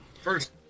First